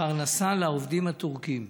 פרנסה לעובדים הטורקים.